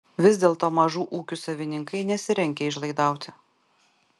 vis dėlto mažų ūkių savininkai nesirengia išlaidauti